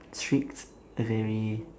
strict a very